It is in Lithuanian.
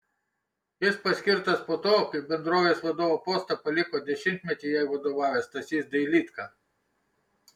jis paskirtas po to kai bendrovės vadovo postą paliko dešimtmetį jai vadovavęs stasys dailydka